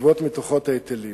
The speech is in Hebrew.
לגבות מתוכו את ההיטלים.